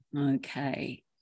Okay